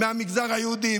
מהמגזר היהודי,